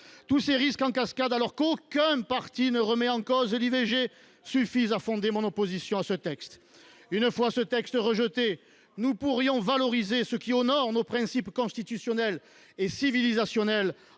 Tous ces risques en cascade, alors qu’aucun parti ne remet en cause l’IVG, suffisent à fonder mon opposition à ce texte. Une fois celui ci rejeté, nous pourrions valoriser ce qui honore nos principes constitutionnels et civilisationnels,